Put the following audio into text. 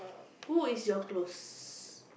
who is your close